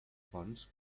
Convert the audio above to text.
fonts